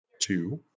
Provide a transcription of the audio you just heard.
two